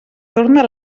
torna